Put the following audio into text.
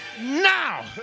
now